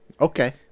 Okay